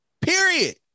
Period